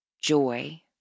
joy